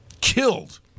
Killed